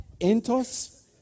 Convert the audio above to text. entos